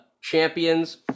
champions